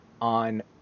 on